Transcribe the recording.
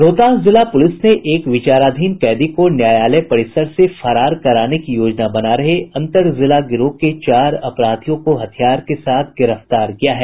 रोहतास जिला पुलिस ने एक विचाराधीन कैदी को न्यायालय परिसर से फरार कराने की योजना बना रहे अंतर जिला गिरोह के चार अपराधियों को हथियार के साथ गिरफ्तार किया है